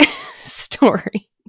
story